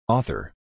Author